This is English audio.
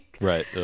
Right